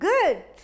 Good